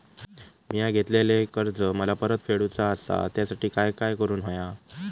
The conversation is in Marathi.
मिया घेतलेले कर्ज मला परत फेडूचा असा त्यासाठी काय काय करून होया?